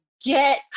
get